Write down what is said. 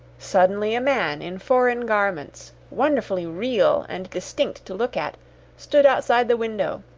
suddenly a man, in foreign garments wonderfully real and distinct to look at stood outside the window,